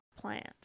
plant